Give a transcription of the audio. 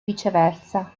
viceversa